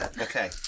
Okay